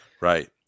Right